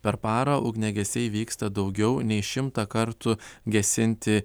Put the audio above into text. per parą ugniagesiai vyksta daugiau nei šimtą kartų gesinti